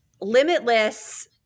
limitless